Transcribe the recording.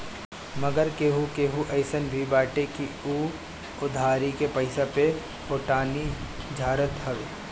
मगर केहू केहू अइसन भी बाटे की उ उधारी के पईसा पे फोटानी झारत हवे